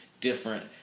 different